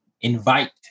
invite